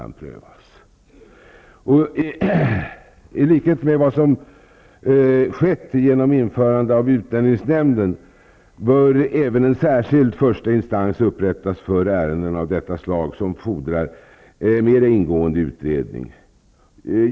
I likhet med vad som skett genom införandet av utlänningsnämnden, bör även en särskild första instans upprättas för ärenden av detta slag som fordrar en mer ingående utredning.